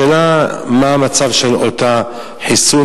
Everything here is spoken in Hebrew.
השאלה מה המצב של אותו חיסון,